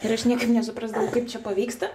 ir aš niekaip nesuprasdavau kaip čia pavyksta